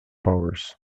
powers